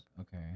Okay